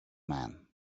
man